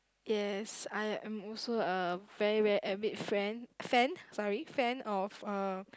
yes I am also a very very avid friend fan sorry fan of uh